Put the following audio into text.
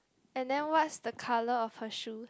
and then what's the color of her shoes